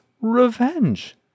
Revenge